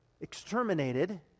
exterminated